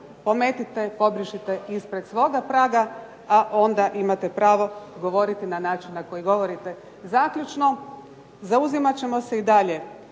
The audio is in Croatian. pometite pobrišite ispred svoga praga onda imate pravo govoriti na način na koji govorite. Zaključno, zauzimat ćemo se i dalje